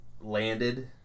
landed